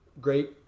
great